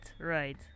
right